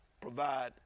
provide